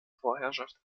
vorherrschaft